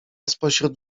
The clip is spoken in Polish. spośród